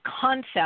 concept